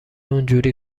اونحوری